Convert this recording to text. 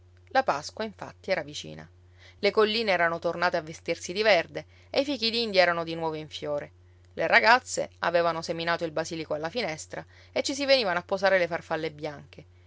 la pasqua infatti era vicina le colline erano tornate a vestirsi di verde e i fichidindia erano di nuovo in fiore le ragazze avevano seminato il basilico alla finestra e ci si venivano a posare le farfalle bianche